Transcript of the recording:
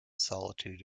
solitude